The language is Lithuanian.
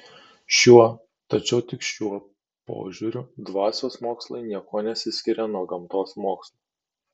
šiuo tačiau tik šiuo požiūriu dvasios mokslai niekuo nesiskiria nuo gamtos mokslų